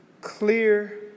clear